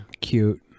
Cute